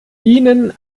ihnen